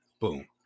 Boom